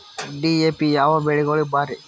DAP ಯಾವ ಬೆಳಿಗೊಳಿಗ ಭಾರಿ?